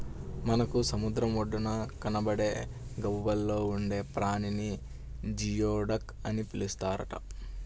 మనకు సముద్రం ఒడ్డున కనబడే గవ్వల్లో ఉండే ప్రాణిని జియోడక్ అని పిలుస్తారట